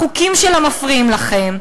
החוקים שלה מפריעים לכם,